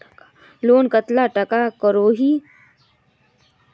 Loan कतला टाका करोही?